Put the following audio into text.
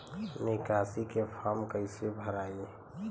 निकासी के फार्म कईसे भराई?